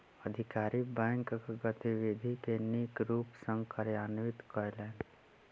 अधिकारी बैंकक गतिविधि के नीक रूप सॅ कार्यान्वित कयलैन